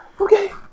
okay